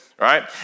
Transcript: right